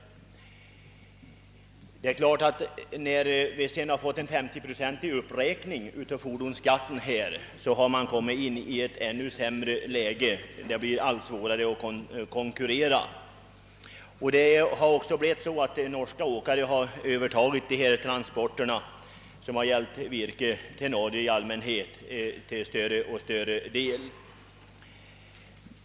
I ett ännu sämre läge har vederbörande nar turligtvis kommit sedan det blivit en 30-procentig uppräkning av fordonsskatten här hemma. Därför blir det allt svårare för våra åkare att konkurrera. Norska åkare har i stor utsträckning övertagit transporterna av virke till Norge.